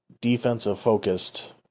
defensive-focused